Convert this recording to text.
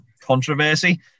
controversy